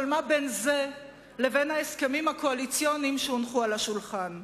אבל מה בין זה לבין ההסכמים הקואליציוניים שהונחו על השולחן?